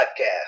podcast